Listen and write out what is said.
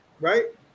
right